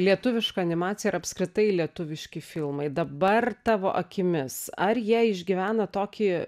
lietuviška animacija ir apskritai lietuviški filmai dabar tavo akimis ar jie išgyvena tokį